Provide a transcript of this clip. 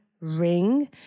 ring